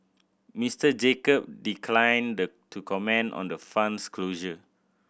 Mister Jacob declined to comment on the fund's closure